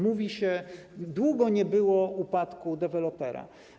Mówi się: długi czas nie było upadku dewelopera.